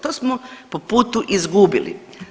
To smo po putu izgubili.